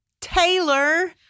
Taylor